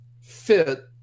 fit